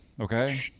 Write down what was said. Okay